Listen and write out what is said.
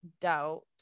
doubt